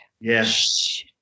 Yes